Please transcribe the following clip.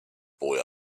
boy